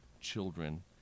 children